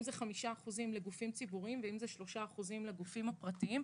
אם זה 5% לגופים ציבוריים ו-3% לגופים הפרטיים.